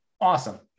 Awesome